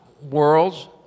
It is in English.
worlds